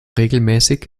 regelmäßig